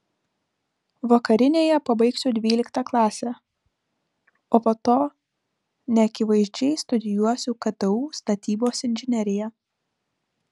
vakarinėje pabaigsiu dvyliktą klasę o po to neakivaizdžiai studijuosiu ktu statybos inžineriją